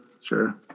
sure